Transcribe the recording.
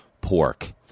pork